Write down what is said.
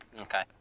Okay